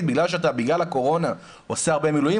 'בגלל שאתה בגלל הקורונה עושה הרבה מילואים,